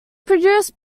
produced